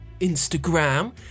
Instagram